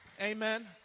Amen